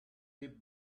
deep